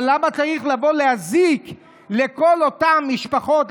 אבל למה צריך לבוא להזיק לכל אותן משפחות,